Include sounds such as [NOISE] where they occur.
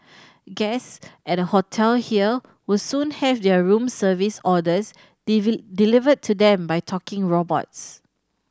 guest at a hotel here will soon have their room service orders [UNINTELLIGIBLE] delivered to them by talking robots